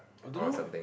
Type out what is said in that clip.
I don't know